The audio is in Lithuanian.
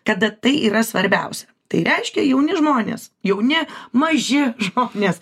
kada tai yra svarbiausia tai reiškia jauni žmonės jauni maži žmonės